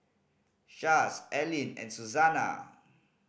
Chaz Allyn and Susanna